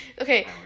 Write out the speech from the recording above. Okay